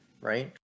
right